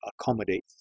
accommodate